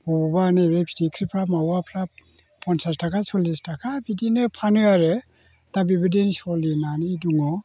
बबावबा नैबे फिथिख्रिफ्रा मावाफ्रा पन्सास थाखा सल्लिस थाखा बिदिनो फानो आरो दा बेबायदिनो सोलिनानै दङ